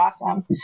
awesome